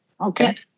Okay